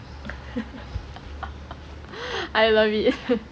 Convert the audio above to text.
I love it